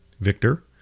Victor